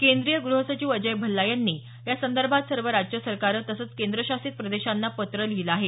केंद्रीय ग्रहसचिव अजय भल्ला यांनी यासंदर्भात सर्व राज्य सरकारं तसंच केंद्रशासित प्रदेशांना पत्र लिहिलं आहे